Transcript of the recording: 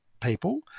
people